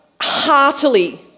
heartily